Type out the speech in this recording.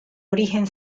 origen